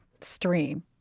stream